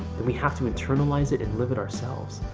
we have to internalize it and live it ourselves,